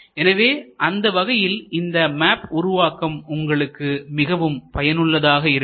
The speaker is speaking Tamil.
எனவே அந்த வகையில் இந்த மேப் உருவாக்கம் உங்களுக்கு மிகவும் பயனுள்ளதாக இருக்கும்